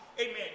amen